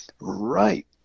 right